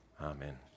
Amen